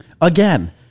Again